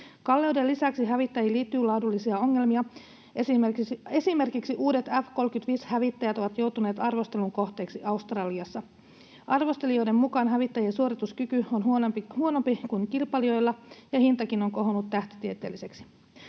Kalleuden lisäksi hävittäjiin liittyy laadullisia ongelmia. Uudet F-35-hävittäjät ovat joutuneet arvostelun kohteeksi esimerkiksi Australiassa. Arvostelijoiden mukaan hävittäjien suorituskyky on huonompi kuin kilpailijoilla ja hintakin on kohonnut tähtitieteelliseksi.